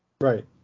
Right